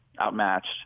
outmatched